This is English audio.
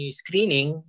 screening